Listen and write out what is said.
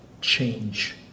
change